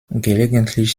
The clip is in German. gelegentlich